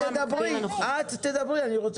אני רוצה